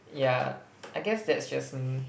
yeah I guess that's just me